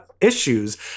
issues